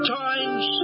times